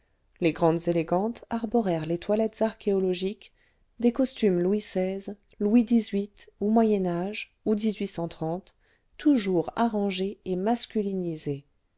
les grandes élégantes arborèrent les toilettes archéologiques des costumes louis xvi louis xiii ou moyen âge ou toujours arrangés et masculinisés